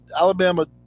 Alabama